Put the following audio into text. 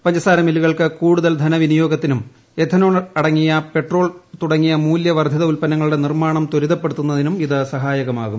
പഞ്ചസാര മില്ലൂകൾക്ക് കൂടുതൽ ധനവിനിയോഗത്തിനും എഥനോൾ അടങ്ങിയ പെട്രോൾ തുടങ്ങിയ മൂല്യവർദ്ധിത ഉത്പന്നങ്ങളുടെ നിർമ്മാണം ത്വരിതപ്പെടുത്തുന്നതിനും ഇത് സഹായകമാകും